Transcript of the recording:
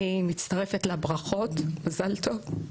אני מצטרפת לברכות, מזל טוב.